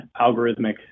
algorithmic